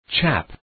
Chap